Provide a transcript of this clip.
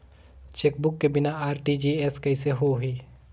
Chequebook के बिना RTGS कइसे होही?